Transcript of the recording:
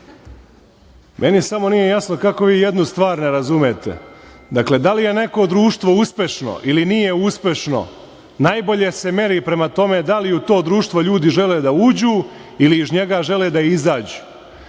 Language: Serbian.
samo nije jasno kako vi jednu stvar ne razumete. Dakle, da li je neko društvo uspešno ili nije uspešno, najbolje se meri prema tome da li u to društvo ljudi žele da uđu ili iz njega žele da izađu.